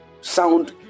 sound